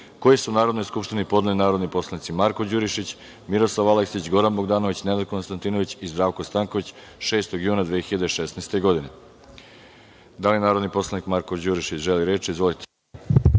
koji su Narodnoj skupštini podneli narodni poslanici Marko Đurišić, Miroslav Aleksić, Goran Bogdanović, Nenad Konstantinović i Zdravko Stanković, 6. juna 2016. godine. Da li narodni poslanik Marko Đurišić, želi reč? (Da)Izvolite.